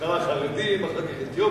בהתחלה חרדים, אחר כך אתיופים.